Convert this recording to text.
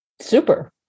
Super